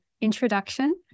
introduction